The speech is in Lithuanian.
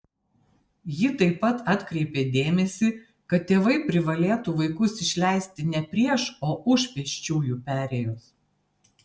ji taip pat atkreipė dėmesį kad tėvai privalėtų vaikus išleisti ne prieš o už pėsčiųjų perėjos